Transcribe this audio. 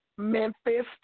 Memphis